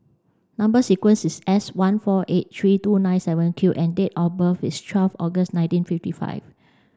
number sequence is S one four eight three two nine seven Q and date of birth is twelve August nineteen fifty five